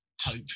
hope